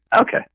okay